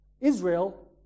Israel